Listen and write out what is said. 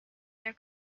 their